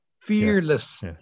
fearless